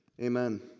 amen